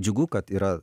džiugu kad yra